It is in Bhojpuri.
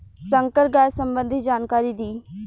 संकर गाय सबंधी जानकारी दी?